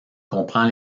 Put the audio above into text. comprend